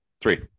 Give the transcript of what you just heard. three